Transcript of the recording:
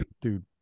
dude